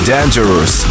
Dangerous